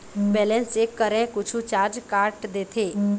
Balance check करें कुछू charge काट देथे?